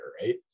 right